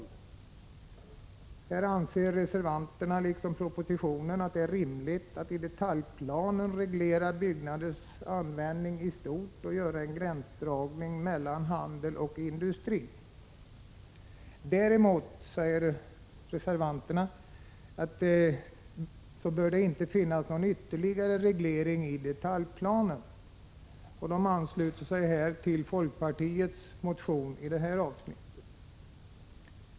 Reservanterna anser i enlighet med propositionen att det är rimligt att i detaljplanen reglera byggnaders användning i stort och göra en gränsdragning mellan handel och industri. Däremot bör det inte finnas någon ytterligare reglering i detaljplanen, anser de och instämmer i folkpartiets motion i detta avseende.